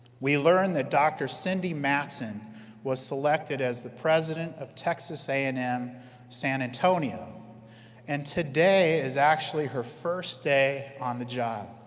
we learned that dr. cindy matson was selected as the president of texas a and m san antonio and today is her first day on the job!